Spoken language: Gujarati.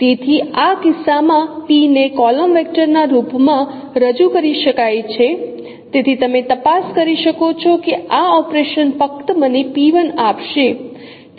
તેથી આ કિસ્સામાં P ને કોલમ વેક્ટર ના રૂપમાં રજૂ કરી શકાય છે તેથી તમે તપાસ કરી શકો છો કે આ ઓપરેશન ફક્ત મને આપશે